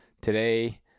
today